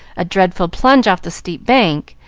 a dreadful plunge off the steep bank,